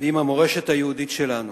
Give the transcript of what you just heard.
ועם המורשת היהודית שלנו.